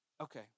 Okay